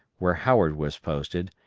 where howard was posted,